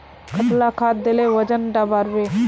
कतला खाद देले वजन डा बढ़बे बे?